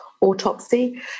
autopsy